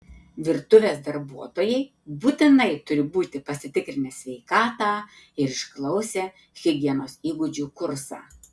virtuvės darbuotojai būtinai turi būti pasitikrinę sveikatą ir išklausę higienos įgūdžių kursą